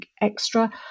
extra